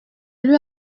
lui